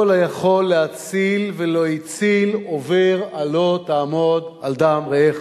"כל היכול להציל ולא הציל עובר על 'לא תעמד על דם רעך'.